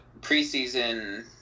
preseason